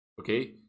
okay